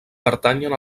pertanyen